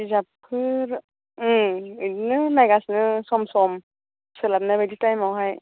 बिजाबफोर बिदिनो नायगासिनो सम सम सोलाबनाय बायदि टाइमावहाय